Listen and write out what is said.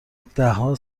دههها